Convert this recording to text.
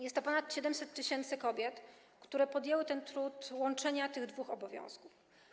Jest to ponad 700 tys. kobiet, które podjęły trud łączenia tych dwóch obowiązków.